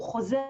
הוא חוזר,